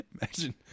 Imagine